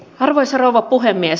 arvoisa rouva puhemies